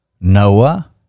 Noah